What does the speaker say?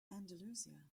andalusia